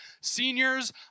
Seniors